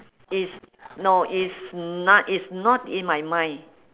is no is not is not in my mind